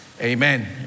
Amen